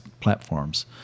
platforms